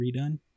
redone